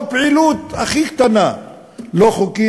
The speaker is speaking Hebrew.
או פעילות הכי קטנה לא חוקית,